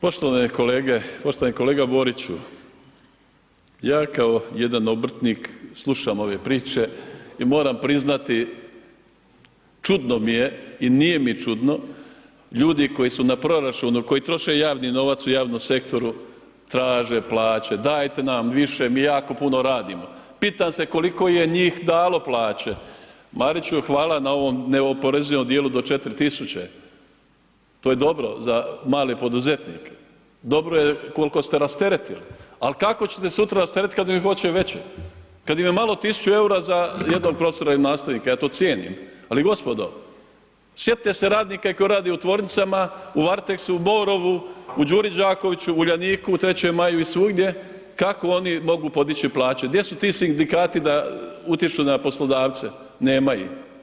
Poštovane kolege, poštovani kolega Boriću, ja kao jedan obrtnik slušam ove priče i moram priznati čudno mi je i nije mi čudno, ljudi koji su na proračunu koji troše javni novac u javnom sektoru traže plaće, dajte nam više, mi jako puno radimo, pitam se koliko je njih dalo plaće, Mariću hvala na ovom neoporezivom dijelu do 4.000,00, to je dobro za male poduzetnike, dobro je kolko ste rasteretili, al kako ćete sutra rasteretit kad oni hoće veće, kad im je malo 1.000,00 EUR-a za jednog profesora ili nastavnika, ja to cijenim, ali gospodo, sjetite se radnika i koji rade u tvornicama, u Vartekstu, u Borovu, u Đuri Đakoviću, u Uljaniku, u 3. Maju i svugdje, kako oni mogu podići plaće, gdje su ti sindikati da utječu na poslodavce, nema ih.